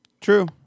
true